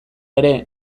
ere